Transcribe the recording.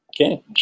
Okay